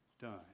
done